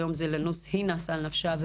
היא נסה על נפשה,